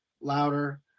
louder